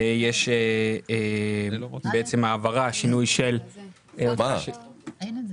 יש העברה של 47.5 מיליוני שקלים ו-13 תקני כוח אדם לאן זה?